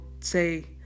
say